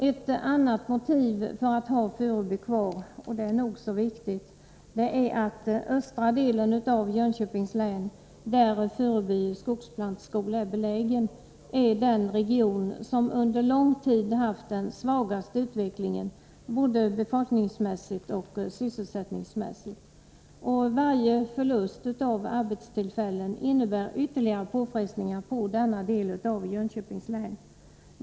Ett annat motiv för att ha Furuby kvar — det är nog så viktigt — är att östra delen av Jönköpings län, där Furuby skogsplantskola är belägen, är den region som under lång tid haft den svagaste utvecklingen, både befolkningsmässigt och sysselsättningsmässigt. Varje förlust av arbetstillfällen innebär ytterligare påfrestningar på denna del av Jönköpings län.